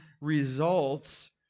results